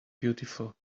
beautiful